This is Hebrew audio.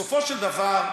בסופו של דבר,